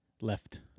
Left